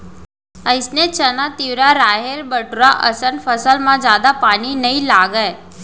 अइसने चना, तिंवरा, राहेर, बटूरा असन फसल म जादा पानी नइ लागय